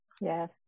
yes